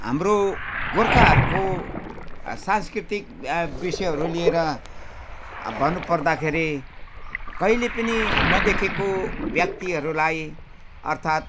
हाम्रो गोर्खाहरूको सांस्कृतिक विषयहरू लिएर भन्नुपर्दाखेरि कहिले पनि नदेखेको व्यक्तिहरूलाई अर्थात्